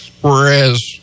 whereas